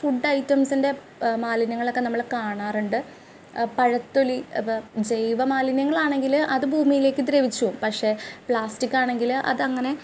food ഐറ്റംസ്സിൻ്റെ മാലിന്യങ്ങളൊക്കെ നമ്മൾ കാണാറുണ്ട് പഴത്തൊലി അപ ജൈവ മാലിന്യങ്ങളാണെങ്കിൽ അത് ഭൂമിയിലേക്ക് ദ്രവിച്ച് പോവും പക്ഷെ പ്ലാസ്റ്റിക്കാണെങ്കിൽ അതങ്ങനെ